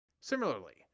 Similarly